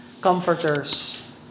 comforters